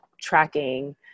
tracking